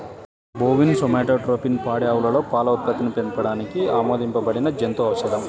bovine somatotropin పాడి ఆవులలో పాల ఉత్పత్తిని పెంచడానికి ఆమోదించబడిన జంతు ఔషధం